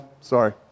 Sorry